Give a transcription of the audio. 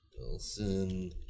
Wilson